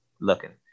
looking